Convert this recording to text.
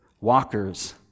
walkers